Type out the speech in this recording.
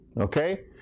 Okay